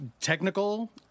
technical